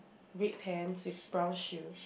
red pants with brown shoe